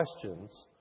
questions